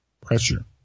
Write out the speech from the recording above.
pressure